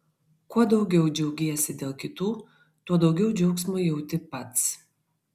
kuo daugiau džiaugiesi dėl kitų tuo daugiau džiaugsmo jauti pats